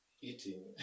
eating